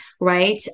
right